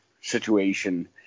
situation